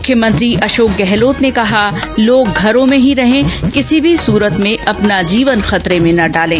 मुख्यमंत्री अशोक गहलोत ने अपील की लोग घरों में ही रहें कहा किसी भी सूरत में अपना जीवन खतरे में न डालें